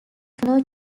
follow